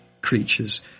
creatures